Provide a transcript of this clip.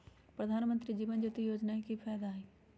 प्रधानमंत्री जीवन ज्योति योजना के की फायदा हई?